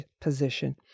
position